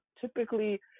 Typically